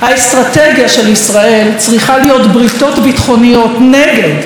האסטרטגיה של ישראל צריכה להיות בריתות ביטחוניות נגד,